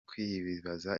kwibaza